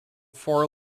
four